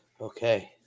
okay